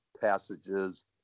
passages